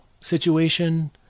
situation